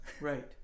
Right